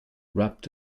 wrapped